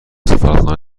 سفارتخانه